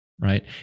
Right